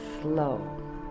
slow